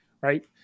right